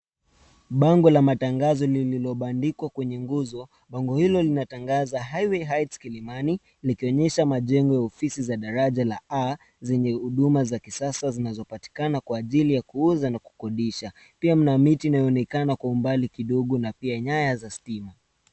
Bango la matangazo lililopandikwa kwenye nguzo. Bango hilo linatangaza Highway Heights Kilimani, likionyesha majengo ya ofisi za daraja la A, zenye huduma za kisasa zinazopatikana kwa ajili ya kuuza na kukodisha. Pia, mna miti inayoonekana kwa umbali kidogo na pia nyaya za stima.